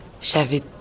J'avais